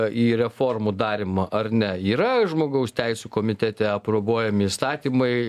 į reformų darymą ar ne yra žmogaus teisių komitete aprobuojami įstatymai